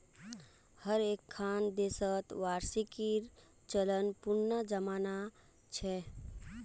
हर एक्खन देशत वार्षिकीर चलन पुनना जमाना छेक